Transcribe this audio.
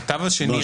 זה